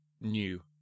new